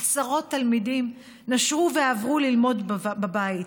עשרות תלמידים נשרו ועברו ללמוד בבית,